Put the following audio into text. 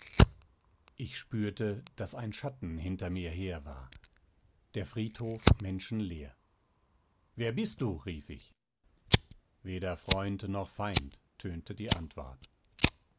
ich spürte daß ein schatten hinter mir her war der friedhof menschenleer wer bist du rief ich weder freund noch feind tönte die antwort